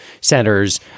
centers